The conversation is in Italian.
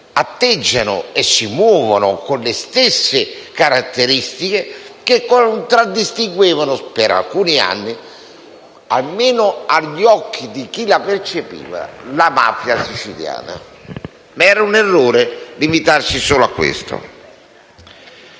atteggiano e si pongono con le stesse caratteristiche che contraddistinguevano per alcuni anni, almeno agli occhi di chi la percepiva, la mafia siciliana. Ma era un errore limitarsi solo a questo.